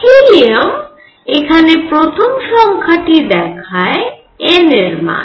helium এখানে প্রথম সংখ্যাটি দেখায় n এর মান